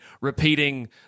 repeating